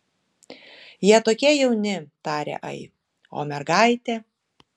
jie tokie jauni tarė ai o mergaitė